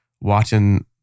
Watching